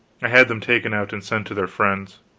i had them taken out and sent to their friends.